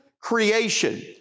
creation